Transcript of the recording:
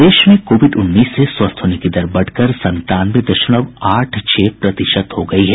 प्रदेश में कोविड उन्नीस से स्वस्थ होने की दर बढ़कर संतानवे दशमलव आठ छह प्रतिशत हो गई है